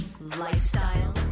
lifestyle